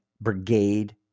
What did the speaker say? brigade